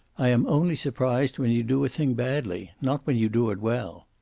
i am only surprised when you do a thing badly. not when you do it well.